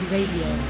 Radio